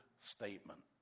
statement